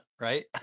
right